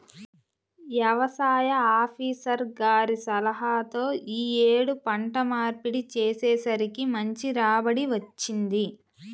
యవసాయ ఆపీసర్ గారి సలహాతో యీ యేడు పంట మార్పిడి చేసేసరికి మంచి రాబడి వచ్చింది